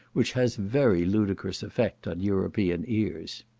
which has very ludicrous effect on european ears.